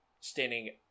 standing